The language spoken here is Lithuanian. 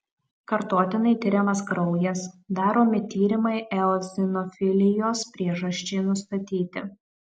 kartotinai tiriamas kraujas daromi tyrimai eozinofilijos priežasčiai nustatyti